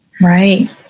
Right